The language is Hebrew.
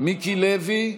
מיקי לוי,